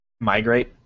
migrate